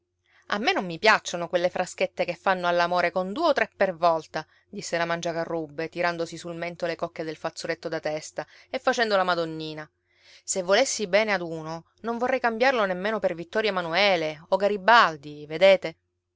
a me non mi piacciono quelle fraschette che fanno all'amore con due o tre per volta disse la mangiacarrubbe tirandosi sul mento le cocche del fazzoletto da testa e facendo la madonnina se volessi bene ad uno non vorrei cambiarlo nemmeno per vittorio emanuele o garibaldi vedete